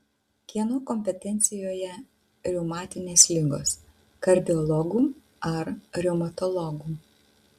kieno kompetencijoje reumatinės ligos kardiologų ar reumatologų